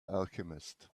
alchemist